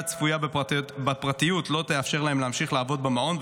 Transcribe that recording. הצפויה בפרטיות לא תאפשר להם להמשיך לעבוד במעון,